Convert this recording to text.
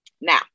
Now